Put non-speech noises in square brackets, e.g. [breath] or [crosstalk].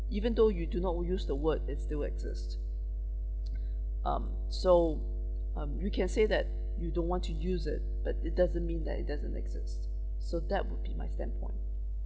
even though you do not use the word it still exist [noise] [breath] um so um you can say that you don't want to use it but it doesn't mean that it doesn't exist so that would be my stand point